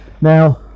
Now